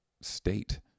state